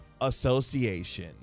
Association